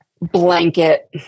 blanket